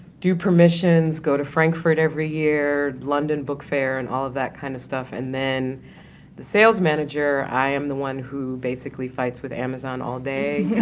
do permissions, go to frankfurt every year, london book fair, and all of that kind of stuff. and then the sales manager i am the one who basically fights with amazon all day,